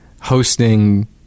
hosting